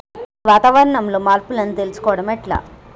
వాతావరణంలో మార్పులను తెలుసుకోవడం ఎట్ల?